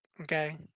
okay